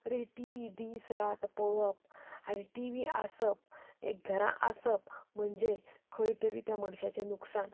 T V दीस रात पळोवप आनी टी व्ही आसप एक घरांत आसप म्हणचे खंय तरी ते मनशाचें लुकसाण